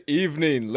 evening